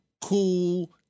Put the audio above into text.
Cool